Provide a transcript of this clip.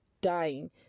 dying